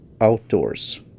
outdoors